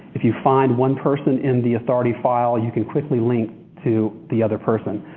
if you find one person in the authority file, you can quickly link to the other person,